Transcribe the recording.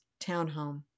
townhome